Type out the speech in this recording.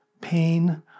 pain